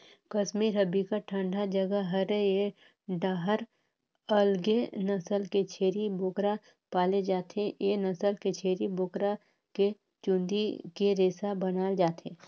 कस्मीर ह बिकट ठंडा जघा हरय ए डाहर अलगे नसल के छेरी बोकरा पाले जाथे, ए नसल के छेरी बोकरा के चूंदी के रेसा बनाल जाथे